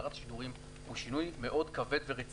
בהסדרת שידורים הוא שינוי מאוד כבר ורציני,